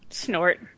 Snort